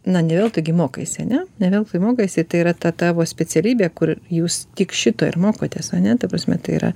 na ne veltui gi mokaisi ane ne veltui mokaisi tai yra ta tavo specialybė kur jūs tik šito ir mokotės ane ta prasme tai yra